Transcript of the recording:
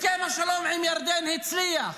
הסכם השלום עם ירדן הצליח,